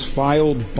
filed